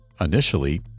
Initially